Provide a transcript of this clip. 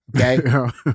Okay